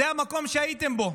זה המקום שהייתם בו,